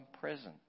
prison